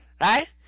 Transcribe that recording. right